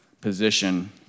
position